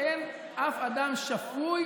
אין אף אדם שפוי